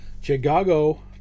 Chicago